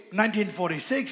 1946